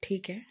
ਠੀਕ ਹੈ